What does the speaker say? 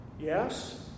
yes